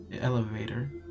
elevator